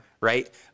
Right